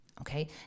Okay